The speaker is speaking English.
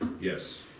yes